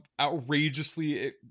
outrageously